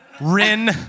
Rin